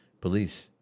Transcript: police